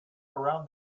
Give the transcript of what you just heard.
around